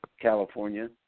California